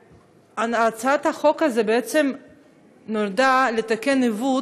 הצעת החוק הזאת בעצם נועדה לתקן עיוות,